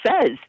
says